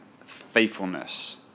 faithfulness